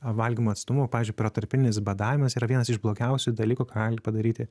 valgymo atstumų pavyzdžiui protarpinis badavimas yra vienas iš blogiausių dalykų ką gali padaryti